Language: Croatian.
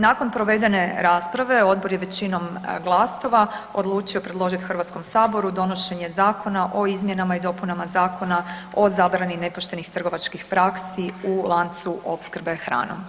Nakon provedene rasprave odbor je većinom glasova odlučio predložit HS donošenje Zakona o izmjenama i dopunama Zakona o zabrani nepoštenih trgovačkih praksi u lancu opskrbe hranom.